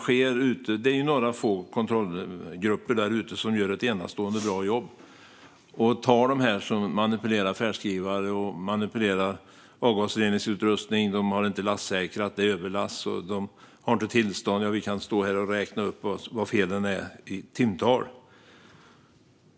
Det är några få kontrollgrupper som gör ett enastående bra jobb och tar dem som manipulerar färdskrivare, manipulerar avgasreningsutrustning, inte har lastsäkrat, har överlastat, inte har tillstånd - vi kan stå här i timtal och räkna upp vilka felen är.